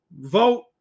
vote